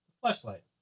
Flashlight